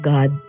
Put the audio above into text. God